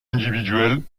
individuels